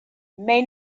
may